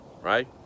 right